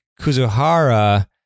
Kuzuhara